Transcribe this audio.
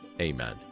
Amen